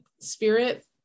spirit